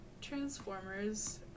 Transformers